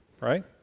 right